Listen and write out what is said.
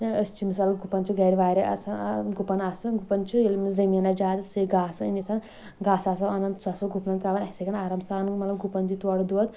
أسۍ چھِ مَثال گُپن چھِ گرِ واریاہ آسان گُپن آسان گپَن چھِ ییٚلہِ زمیٖنَس زیادٕ سُے گاسہٕ أنِتھ گاسہٕ آسو اَنان سُہ آسو گُپنن تروان اَسہِ ہٮ۪کن آرام سان مطلب گُپن دیہِ تورٕ دۄد